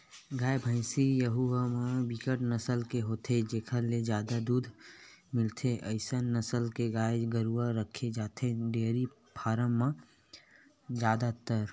गाय, भइसी यहूँ म बिकट नसल के होथे जेखर ले जादा दूद मिलथे अइसन नसल के गाय गरुवा रखे जाथे डेयरी फारम म जादातर